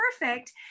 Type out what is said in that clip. perfect